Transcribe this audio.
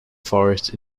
forests